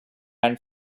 ran